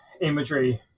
imagery